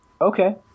okay